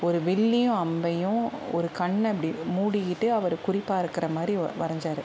ஒரு வில்லையும் அம்பையும் ஒரு கண்ணை இப்படி மூடிக்கிட்டு அவர் குறி பார்க்கிற மாரி வரஞ்சார்